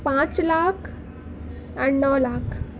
پانچ لاکھ اور نو لاکھ